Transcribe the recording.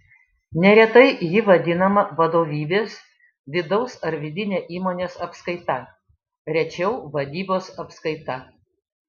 neretai ji vadinama vadovybės vidaus ar vidine įmonės apskaita rečiau vadybos apskaita